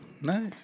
Nice